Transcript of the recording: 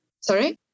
Sorry